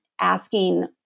asking